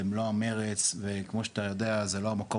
במלוא המרץ וכמו שאתה יודע זה לא המקום